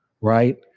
Right